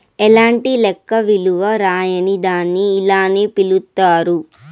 ఎలాంటి లెక్క విలువ రాయని దాన్ని ఇలానే పిలుత్తారు